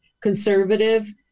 conservative